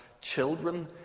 children